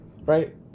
Right